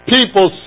People